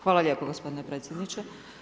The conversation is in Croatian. hvala lijepo gospodine Predsjedniče.